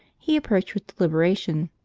he approached with deliberation,